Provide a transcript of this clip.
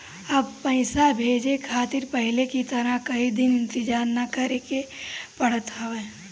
अब पइसा भेजे खातिर पहले की तरह कई दिन इंतजार ना करेके पड़त हवे